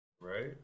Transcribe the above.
Right